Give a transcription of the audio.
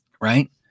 right